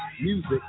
music